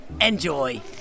Enjoy